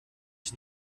ich